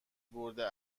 برده